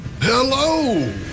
Hello